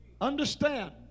understand